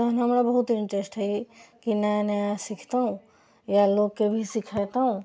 तहन हमरा बहुत इन्टरेस्ट अछि कि नया नया सिखतहुँ या लोककेँ भी सिखेतहूँ